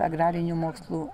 agrarinių mokslų